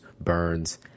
burns